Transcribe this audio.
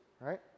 right